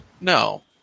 No